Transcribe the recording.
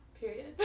Period